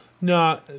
No